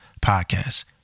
podcast